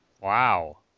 Wow